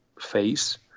face